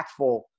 impactful